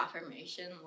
affirmation